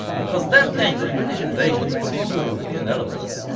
because then came the british invasion with stronger european elements,